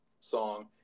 song